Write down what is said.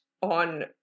on